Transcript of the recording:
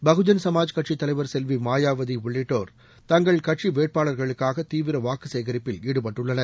பகுஜன் சமாஜ் கட்சித் தலைவர் செல்வி மாயாவதி உள்ளிட்டோர் தங்கள் கட்சிட் வேட்பாளர்களுக்காக தீவிர வாக்கு சேகரிப்பில் ஈடுபட்டுள்ளனர்